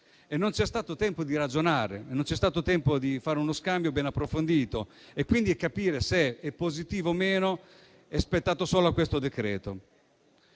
non c'è stato tempo di ragionare, né di fare uno scambio ben approfondito e quindi capire se è positivo o meno quanto spetta a questo decreto-legge.